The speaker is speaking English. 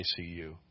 ICU